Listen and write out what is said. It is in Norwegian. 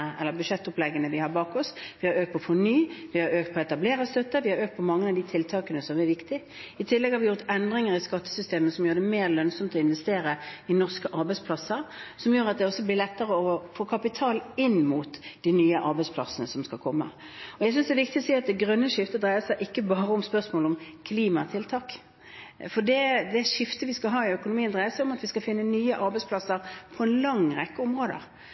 budsjettoppleggene vi har bak oss, vi har økt på fornybar, vi har økt på etablererstøtte, vi har økt på mange av de tiltakene som er viktige. I tillegg har vi gjort endringer i skattesystemet som gjør det mer lønnsomt å investere i norske arbeidsplasser, som gjør at det også blir lettere å få kapital inn mot de nye arbeidsplassene som skal komme. Jeg synes det er viktig å si at det grønne skiftet dreier seg ikke bare om spørsmålet om klimatiltak, for det skiftet vi skal ha i økonomien, dreier seg om at vi skal finne nye arbeidsplasser på en lang rekke områder.